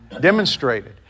demonstrated